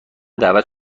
دعوت